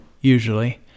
usually